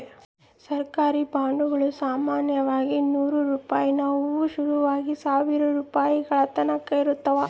ಸರ್ಕಾರಿ ಬಾಂಡುಗುಳು ಸಾಮಾನ್ಯವಾಗಿ ನೂರು ರೂಪಾಯಿನುವು ಶುರುವಾಗಿ ಸಾವಿರಾರು ರೂಪಾಯಿಗಳತಕನ ಇರುತ್ತವ